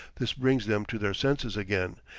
this brings them to their senses again,